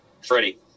Freddie